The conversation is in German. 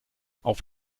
auf